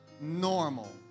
normal